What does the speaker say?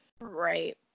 Right